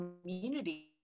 community